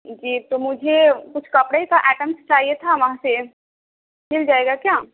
جی تو مجھے کچھ کپڑے کا آئٹمس چاہیے تھا وہاں سے مل جائے گا کیا